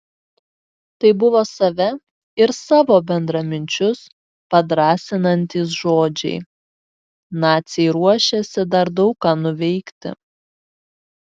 tai buvo save ir savo bendraminčius padrąsinantys žodžiai naciai ruošėsi dar daug ką nuveikti